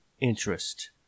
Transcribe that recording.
interest